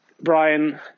Brian